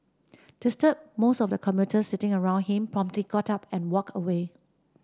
disturbed most of the commuters sitting around him promptly got up and walked away